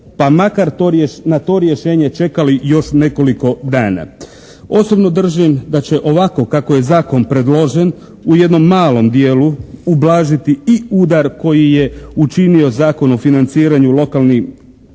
pa makar na to rješenje čekali još nekoliko dana. Osobno držim da će ovako kako je Zakon predložen u jednom malom dijelu ublažiti i udar koji je učinio Zakon o financiranju lokalnih